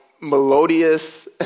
melodious